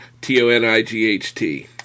T-O-N-I-G-H-T